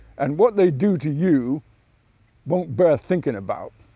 and what they do to you won't bear thinking about'.